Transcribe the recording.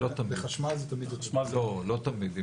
לא תמיד.